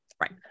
Right